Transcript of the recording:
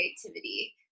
creativity